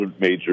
major